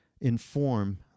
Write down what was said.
inform